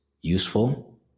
useful